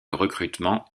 recrutement